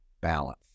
balance